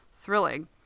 thrilling